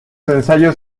ensayos